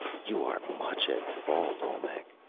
you are much at fault, olmec!